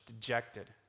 dejected